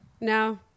No